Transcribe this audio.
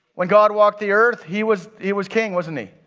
when god walked the earth he was he was king, wasn't he?